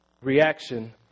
reaction